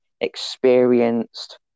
experienced